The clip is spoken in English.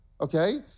okay